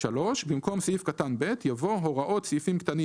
במקום סעיף קטן (ב) יבוא: "(ב) הוראות סעיפים קטנים